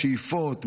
שאיפות,